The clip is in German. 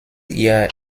ihr